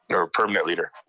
and or permanent leader.